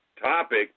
topic